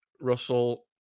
Russell